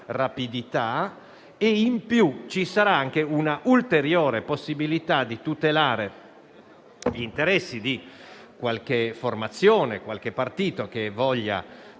e in più ci sarà anche un'ulteriore possibilità di tutelare gli interessi di qualche formazione e partito che vogliano presentare